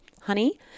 Honey